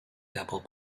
double